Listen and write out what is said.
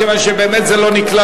כי באמת זה לא נקלט,